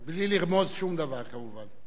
בלי לרמוז שום דבר, כמובן.